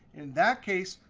in that case,